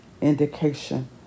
indication